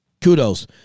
Kudos